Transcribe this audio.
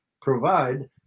provide